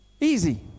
easy